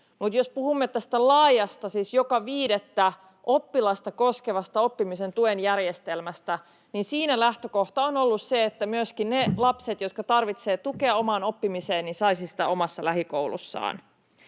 Mutta jos puhumme tästä laajasta, siis joka viidettä oppilasta koskevasta oppimisen tuen järjestelmästä, niin siinä lähtökohta on ollut se, että myöskin ne lapset, jotka tarvitsevat tukea omaan oppimiseen, saisivat sitä omassa lähikoulussaan.